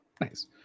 Nice